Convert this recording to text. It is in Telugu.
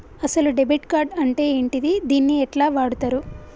అసలు డెబిట్ కార్డ్ అంటే ఏంటిది? దీన్ని ఎట్ల వాడుతరు?